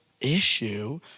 issue